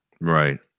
Right